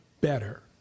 better